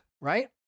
right